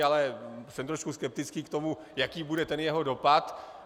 Ale jsem trošku skeptický k tomu, jaký bude jeho dopad.